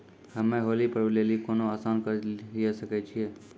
हम्मय होली पर्व लेली कोनो आसान कर्ज लिये सकय छियै?